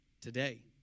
today